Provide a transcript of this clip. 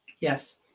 Yes